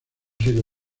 sido